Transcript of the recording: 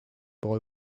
boy